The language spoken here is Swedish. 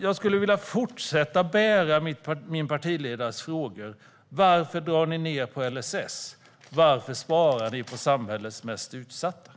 Jag skulle vilja fortsätta bära min partiledares frågor: Varför drar ni ned på LSS? Varför sparar ni på samhällets mest utsatta?